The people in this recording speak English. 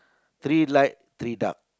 three light three dark